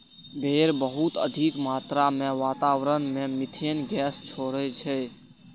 भेड़ बहुत अधिक मात्रा मे वातावरण मे मिथेन गैस छोड़ै छै